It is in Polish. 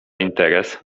interes